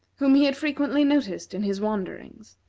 whom he had frequently noticed in his wanderings,